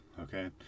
okay